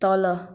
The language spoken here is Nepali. तल